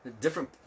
different